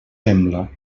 sembla